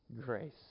grace